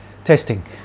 Testing